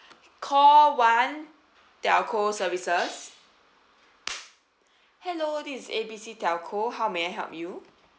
call one telco services hello this is A B C telco how may I help you